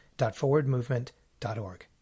forwardmovement.org